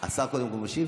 קודם כול השר משיב?